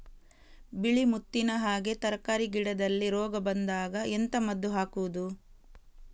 ಬಿಳಿ ಮುತ್ತಿನ ಹಾಗೆ ತರ್ಕಾರಿ ಗಿಡದಲ್ಲಿ ರೋಗ ಬಂದಾಗ ಎಂತ ಮದ್ದು ಹಾಕುವುದು?